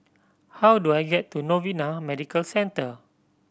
how do I get to Novena Medical Centre